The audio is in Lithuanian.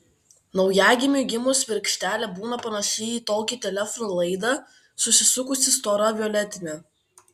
naujagimiui gimus virkštelė būna panaši į tokį telefono laidą susisukusi stora violetinė